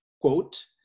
quote